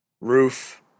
Roof